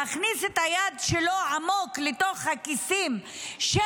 להכניס את היד שלו עמוק לתוך הכיסים של